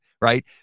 right